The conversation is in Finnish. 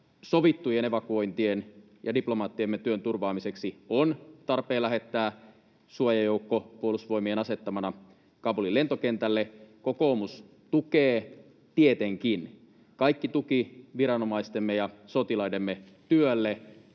sovittujen evakuointien ja diplomaattiemme työn turvaamiseksi on tarpeen lähettää suojajoukko Puolustusvoimien asettamana Kabulin lentokentälle. Kokoomus tukee, tietenkin, tätä — kaikki tuki viranomaistemme ja sotilaidemme työlle